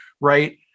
right